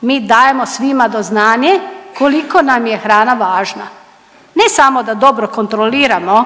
mi dajemo svima do znanje koliko nam je hrana važna, ne samo da dobro kontroliramo